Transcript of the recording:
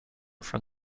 from